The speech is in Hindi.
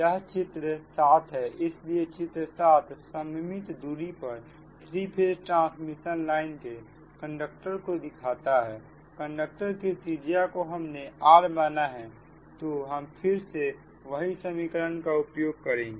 यह चित्र 7 है इसलिए चित्र 7 सममित दूरी पर थ्री फेज ट्रांसमिशन लाइन के कंडक्टर को दिखाता है कंडक्टर की त्रिज्या को हमने r माना है तो हम फिर से वही समीकरण का उपयोग करेंगे